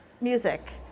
music